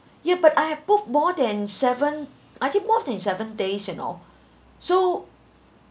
ya but I have booked more than seven I think more than seven days you know so